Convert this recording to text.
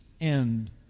end